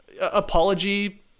apology